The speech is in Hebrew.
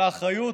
על האחריות,